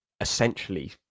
essentially